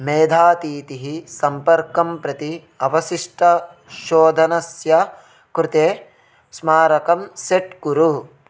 मेधातिथिः सम्पर्कं प्रति अवशिष्टशोधनस्य कृते स्मारकं सेट् कुरु